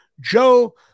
Joe